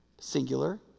singular